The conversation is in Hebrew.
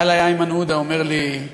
בא אלי איימן עודה, אומר לי,